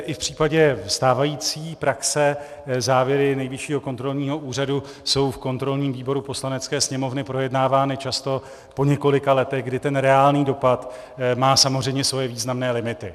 I v případě stávající praxe závěry Nejvyššího kontrolního úřadu jsou v kontrolním výboru Poslanecké sněmovny projednávány často po několika letech, kdy ten reálný dopad má samozřejmě svoje významné limity.